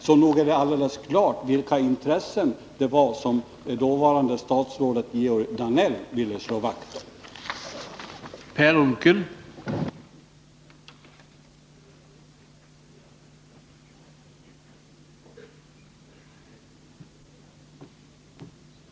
Så nog är det alldeles klart vilka intressen dåvarande statsrådet Danell ville slå vakt om.